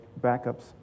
backups